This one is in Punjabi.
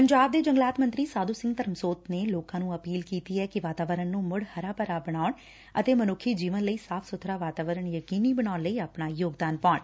ਪੰਜਾਬ ਦੇ ਜੰਗਲਾਤ ਮੰਤਰੀ ਸਾਧੁ ਸਿੰਘ ਧਰਮਸੋਤ ਨੇ ਲੋਕਾ ਨੂੰ ਅਪੀਲ ਕੀਤੀ ਏ ਕਿ ਵਾਤਾਵਰਣ ਨੂੰ ਮੁੜ ਹਰਾ ਭਰਾ ਬਣਾਉਣ ਲਈ ਅਤੇ ਮਨੁੱਖੀ ਜੀਵਨ ਲਈ ਸਾਫ਼ ਸੁਬਰਾ ਵਾਤਾਵਰਣ ਯਕੀਨੀ ਬਣਾਉਣ ਲਈ ਆਪਣਾ ਯੋਗਦਾਨ ਪਾਉਣ